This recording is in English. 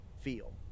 feel